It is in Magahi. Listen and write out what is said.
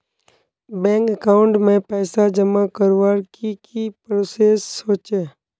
बैंक अकाउंट में पैसा जमा करवार की की प्रोसेस होचे?